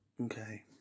Okay